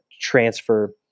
transfer